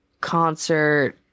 Concert